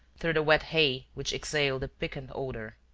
through the wet hay which exhaled a piquant odor.